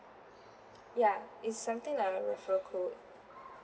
yeah it's something like a referral code